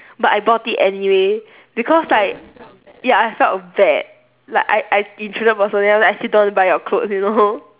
but I bought it anyway because like ya I felt bad like I I intruded the person then after that I still don't want to buy your clothes you know